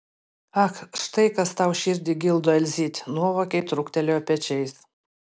ak štai kas tau širdį gildo elzyt nuovokiai trūktelėjo pečiais